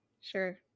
Sure